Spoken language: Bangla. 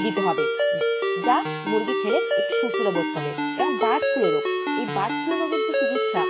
দিতে হবে যা মুরগি খেলে একটু সুস্থতা বোধ করবে এবং বার্ড ফ্লু রোগ এই বার্ড ফ্লু রোগের যে চিকিৎসা